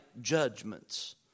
judgments